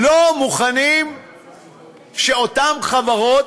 לא מוכנים שאותן חברות,